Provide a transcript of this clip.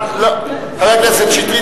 חבר הכנסת שטרית,